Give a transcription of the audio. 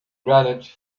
granite